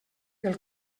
pel